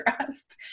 trust